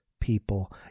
people